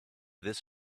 this